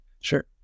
Sure